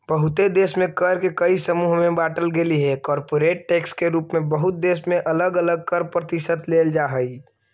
बहुते देश में कर के कई समूह में बांटल गेलइ हे कॉरपोरेट टैक्स के रूप में बहुत देश में अलग अलग कर प्रतिशत लेल जा हई